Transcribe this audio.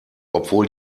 obwohl